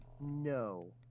No